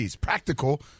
practical